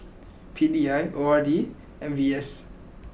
P D I O R D and V S